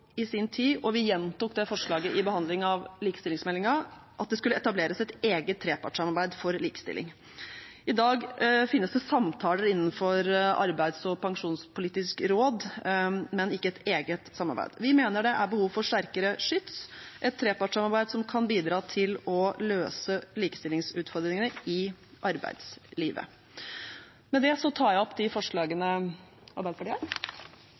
i sin tid – og vi gjentok det forslaget i behandlingen av likestillingsmeldingen – at det skulle etableres et eget trepartssamarbeid for likestilling. I dag finnes det samtaler innenfor Arbeidslivs- og pensjonspolitisk råd, men ikke et eget samarbeid. Vi mener det er behov for sterkere skyts, et trepartssamarbeid som kan bidra til å løse likestillingsutfordringene i arbeidslivet. Med det tar jeg opp forslagene Arbeiderpartiet har